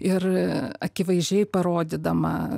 ir akivaizdžiai parodydama